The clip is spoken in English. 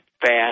fast